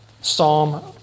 psalm